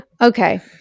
Okay